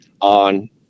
on